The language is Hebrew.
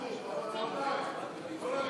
את הצעת חוק התקשורת (בזק ושידורים)